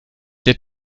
der